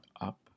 up